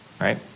Right